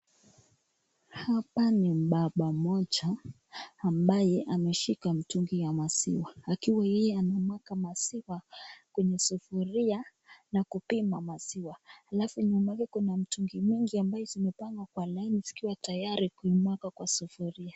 Hapa ni baba moja ambaye ameshika mtugi ya maziwa akiwa yeye anamwaka maziwa Kwenye sufuria na klupima maziwa alafu nyuma yake kuna mitungi mingi abayo yamepakwa Kwa laini zikiwa tayari kumwakwa Kwa sufuria.